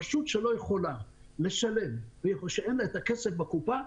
רשות שלא יכולה לשלם ואין לה את הכסף בקופה,